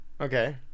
Okay